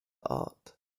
art